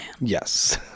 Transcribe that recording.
yes